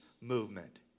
movement